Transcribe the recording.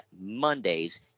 Mondays